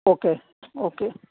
okay okay